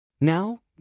Now